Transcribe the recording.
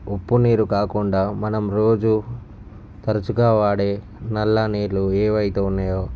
ఉప్పు నీరు కాకుండా మనం రోజు తరచుగా వాడే నల్ల నీళ్ళు ఏవైతే ఉన్నాయో